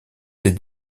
ses